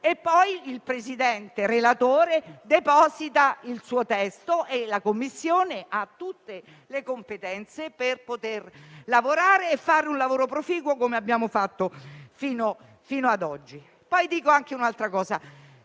poi il presidente Ostellari, relatore, deposita il suo testo e la Commissione ha tutte le competenze per poter lavorare e fare un lavoro proficuo, come abbiamo fatto fino ad oggi.